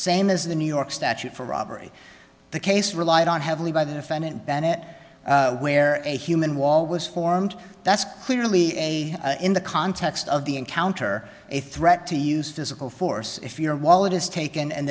same as the new york statute for robbery the case relied on heavily by the defendant bennett where a human wall was formed that's clearly a in the context of the encounter a threat to use physical force if your wallet is taken and